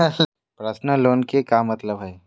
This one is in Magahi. पर्सनल लोन के का मतलब हई?